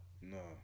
No